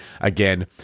again